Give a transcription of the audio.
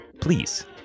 please